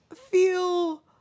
feel